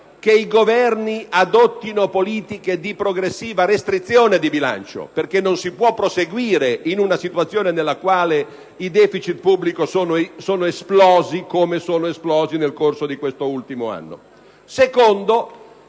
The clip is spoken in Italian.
che i Governi adottino politiche di progressiva restrizione di bilancio, perché non si può proseguire in una situazione nella quale i deficit pubblici sono esplosi come è accaduto nel corso dell'ultimo anno. In secondo